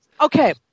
Okay